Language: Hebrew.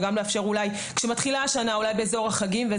ולאפשר כשמתחילה השנה באזור החגים,